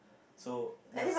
so then